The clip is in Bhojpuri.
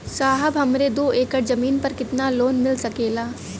साहब हमरे दो एकड़ जमीन पर कितनालोन मिल सकेला?